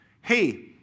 Hey